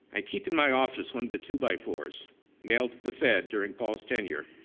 i keep in my office one of the two by four s mailed to the fed during paul's tenure,